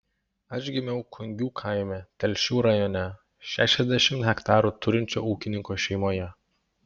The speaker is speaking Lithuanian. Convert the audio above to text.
aš gimiau kungių kaime telšių rajone šešiasdešimt hektarų turinčio ūkininko šeimoje